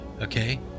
Okay